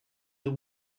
the